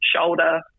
shoulder